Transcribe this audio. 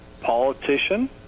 politician